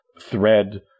thread